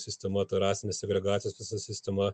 sistema ta rasinės segregacijos visa sistema